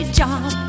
job